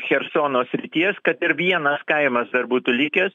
chersono srities kad ir vienas kaimas dar būtų likęs